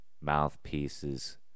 mouthpieces